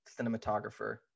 cinematographer